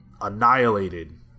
annihilated